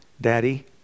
daddy